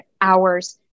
hours